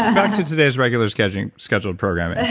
back to today's regular scheduled scheduled program. and